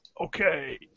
Okay